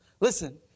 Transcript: Listen